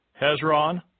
Hezron